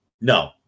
No